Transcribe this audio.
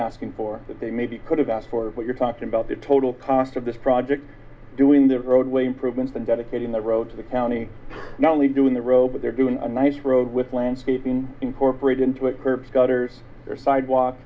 asking for that they maybe could have asked for what you're talking about the total cost of this project doing the roadway improvements and dedicating the road to the county not only doing the robot they're doing a nice road with landscaping incorporated into it curbs gutters sidewalk